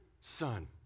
son